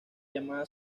llamada